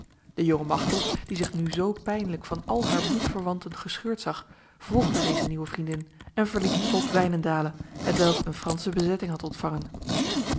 de jonge machteld die zich nu zo pijnlijk van al haar bloedverwanten gescheurd zag volgde deze nieuwe vriendin en verliet het slot wijnendale hetwelk een franse bezetting had ontvangen